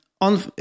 on